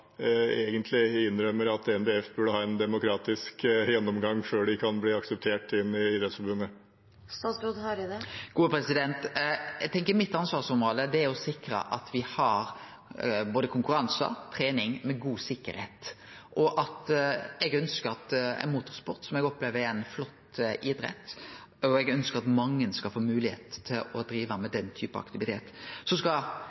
innrømmer at NBF burde ha en demokratisk gjennomgang før de kan bli akseptert inn i Idrettsforbundet? Eg tenkjer at mitt ansvarsområde er å sikre at me har både konkurransar og trening med god sikkerheit. Eg ønskjer ein motorsport, som eg opplever er ein flott idrett, og eg ønskjer at mange skal få mogelegheit til å drive med slik aktivitet. Idrettsforbundet skal